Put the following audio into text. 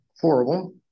horrible